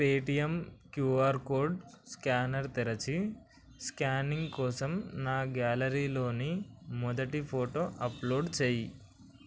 Paytm QR code scanner తెరచి scanning కోసం నా గ్యాలరీలోని మొదటి ఫోటో అప్లోడ్ చేయి